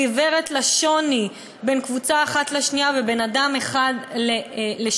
והיא עיוורת לשוני בין קבוצה אחת לאחרת ובין אדם אחד לאחר,